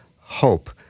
HOPE